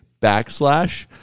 Backslash